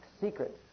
Secrets